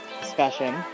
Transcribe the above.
discussion